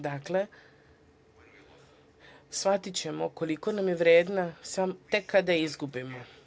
Dakle, shvatićemo koliko nam je vredna tek kada je izgubimo.